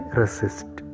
resist